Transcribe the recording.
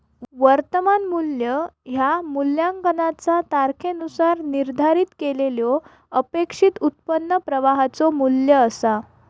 वर्तमान मू्ल्य ह्या मूल्यांकनाचा तारखेनुसार निर्धारित केलेल्यो अपेक्षित उत्पन्न प्रवाहाचो मू्ल्य असा